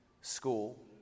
school